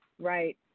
Right